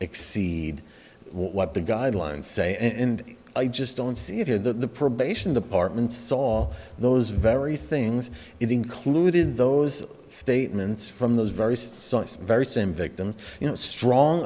exceed what the guidelines say and i just don't see it in the probation department saw those very things it included those statements from those very very same victims you know strong